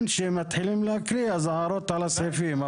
כן, כשמתחילים להקריא, הערות על הסעיפים.